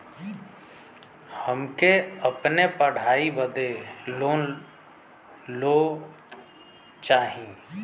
हमके अपने पढ़ाई बदे लोन लो चाही?